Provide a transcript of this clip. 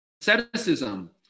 asceticism